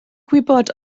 gwybod